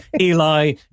Eli